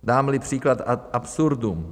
Dámli příklad ad absurdum.